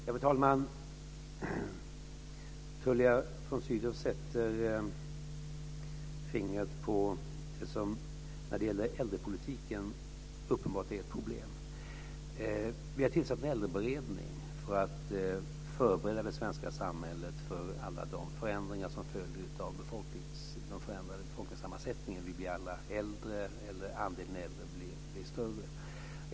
Fru talman! Tullia von Sydow sätter fingret på det som uppenbart är ett problem när det gäller äldrepolitiken. Vi har tillsatt en äldreberedning för att förbereda det svenska samhället för alla de förändringar som följer av den förändrade befolkningssammansättningen. Andelen äldre blir större.